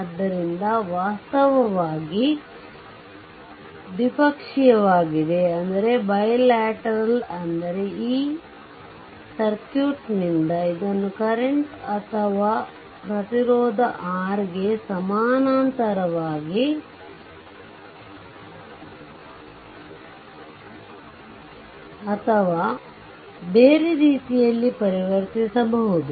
ಆದ್ದರಿಂದ ವಾಸ್ತವವಾಗಿ ದ್ವಿಪಕ್ಷೀಯವಾಗಿದೆ ಅಂದರೆ ಈ ಸರ್ಕ್ಯೂಟ್ನಿಂದ ಇದನ್ನು ಕರೆಂಟ್ ಅಥವಾ ಪ್ರತಿರೋಧ R ಗೆ ಸಮಾನಾಂತರವಾಗಿ ಅಥವಾ ಬೇರೆ ರೀತಿಯಲ್ಲಿ ಪರಿವರ್ತಿಸಬಹುದು